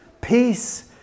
peace